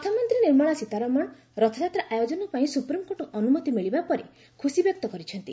ଅର୍ଥମନ୍ତ୍ରୀ ନିର୍ମଳା ସୀତାରମଣ ରଥଯାତ୍ରା ଆୟୋଜନ ପାଇଁ ସୁପ୍ରିମ୍କୋର୍ଟଙ୍କ ଅନୁମତି ମିଳିବା ପରେ ଖୁସିବ୍ୟକ୍ତ କରିଛନ୍ତି